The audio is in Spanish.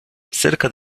cerca